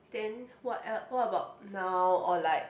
then what el~ what about now or like